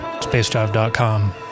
Spacedrive.com